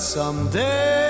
Someday